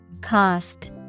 Cost